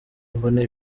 mbone